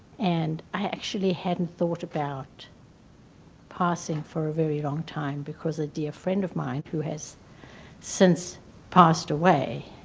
and i actually hadn't thought about passing for a very long time, because a dear friend of mine, who has since passed away,